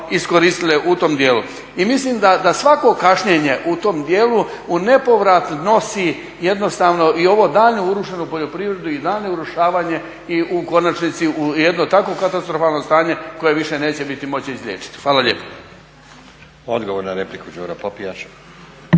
iskoristile u tom dijelu. I mislim da svako kašnjenje u tom dijelu u nepovrat nosi jednostavno i ovu daljnje urušenu poljoprivredu i daljnje urušavanje i u konačnici u jedno takvo katastrofalno stanje koje više neće biti moguće izliječiti. Hvala lijepo. **Stazić, Nenad (SDP)** Odgovor na repliku, Đuro Popijač.